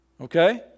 Okay